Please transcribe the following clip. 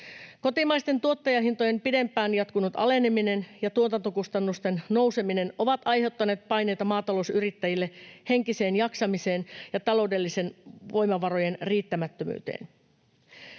Kotimaisten tuottajahintojen pidempään jatkunut aleneminen ja tuotantokustannusten nouseminen ovat aiheuttaneet paineita maatalousyrittäjille, mitä tulee henkiseen jaksamiseen ja taloudellisten voimavarojen riittämättömyyteen.